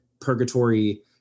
purgatory